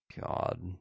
God